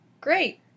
Great